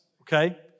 okay